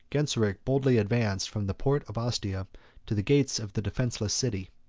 genseric boldly advanced from the port of ostia to the gates of the defenceless city.